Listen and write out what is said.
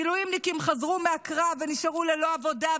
מילואימניקים חזרו מהקרב ונשארו ללא עבודה,